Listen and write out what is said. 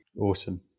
Awesome